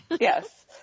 Yes